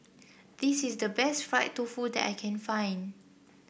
this is the best Fried Tofu that I can find